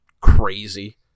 crazy